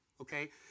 okay